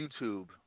YouTube